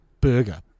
burger